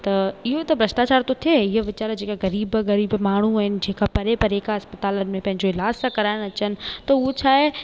त इहो त भ्रष्टाचार तो थे ये विचारा जेका ग़रीब ग़रीब माण्हू आहिनि जेका परे परे खां अस्पतालनि में पंहिंजो इलाज त कराए अचनि त उहो छा आहे